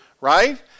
right